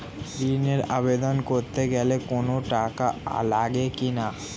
ঋণের আবেদন করতে গেলে কোন টাকা লাগে কিনা?